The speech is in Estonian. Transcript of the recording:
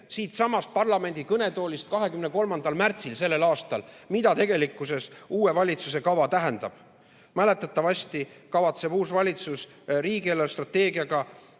siitsamast parlamendi kõnetoolist 23. märtsil s.a, mida tegelikkuses uue valitsuse kava tähendab. Mäletatavasti kavatseb uus valitsus riigi eelarvestrateegiaga